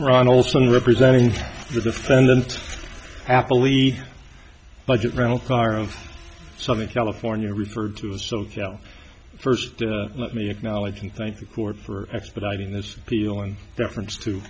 ron olson representing the defendant happily budget rental car of some in california referred to a so cal first let me acknowledge and thank the court for expediting this feel in deference to